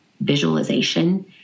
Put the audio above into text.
visualization